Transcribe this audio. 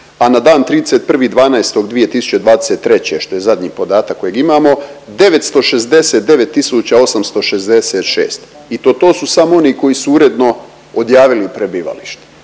a na dan 31.12.2023. što je zadnji podatak kojeg imamo 969 tisuća 866 i to to su samo oni koji su uredno odjavili prebivalište.